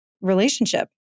relationship